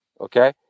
Okay